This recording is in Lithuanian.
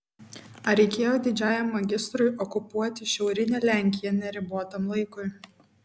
ar reikėjo didžiajam magistrui okupuoti šiaurinę lenkiją neribotam laikui